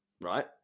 right